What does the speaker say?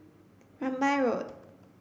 Rambai Road